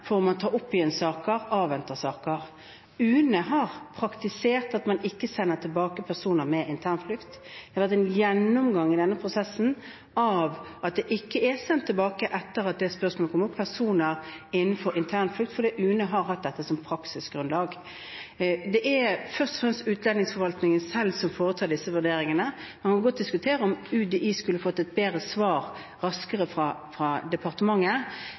for om man tar opp igjen eller avventer saker. UNE har praktisert at man ikke sender tilbake personer på internflukt. Det har vært en gjennomgang i denne prosessen av at man ikke har sendt tilbake – etter at spørsmålet om personer innenfor internflukt kom opp – for UNE har hatt dette som praksisgrunnlag. Det er først og fremst utlendingsforvaltningen selv som foretar disse vurderingene. Man kan godt diskutere om UDI skulle fått et bedre svar raskere fra departementet,